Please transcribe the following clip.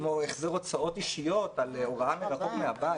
כמו החזר הוצאות אישיות על הוראה מרחוק מהבית,